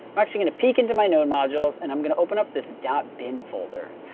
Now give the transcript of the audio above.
i'm actually going to peek into my node modules. and i'm going to open up this dot bin folder.